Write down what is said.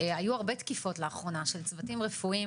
ספי,